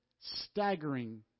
staggering